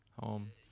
home